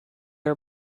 are